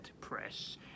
press